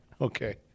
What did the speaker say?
okay